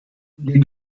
dem